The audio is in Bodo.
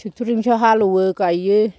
ट्रेकटर जोंसो हालौवो गायो